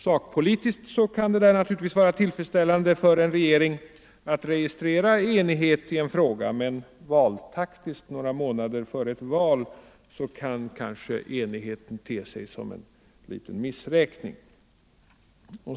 Sakpolitiskt kan det naturligtvis vara tillfredsställande för en regering att registrera enighet i en fråga, men valtaktiskt några månader före ett val kan kanske enigheten te sig som en liten missräkning.